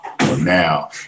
Now